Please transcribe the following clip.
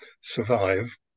survive